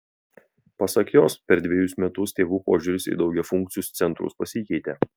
pasak jos per dvejus metus tėvų požiūris į daugiafunkcius centrus pasikeitė